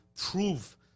prove